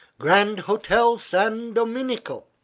grand hotel san domenico